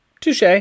Touche